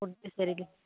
food சரியில்லை